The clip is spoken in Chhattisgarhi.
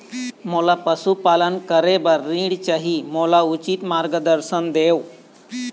मोला पशुपालन करे बर ऋण चाही, मोला उचित मार्गदर्शन देव?